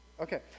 Okay